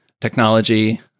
technology